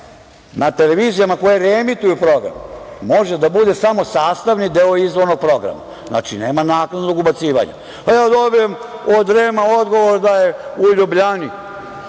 na televizijama koje reemituju program može da bude samo sastavni deo izvornog programa. Znači, nema naknadnog ubacivanja. Dobio sam od REM-a odgovor da je u Ljubljani